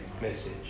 message